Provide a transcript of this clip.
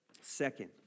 Second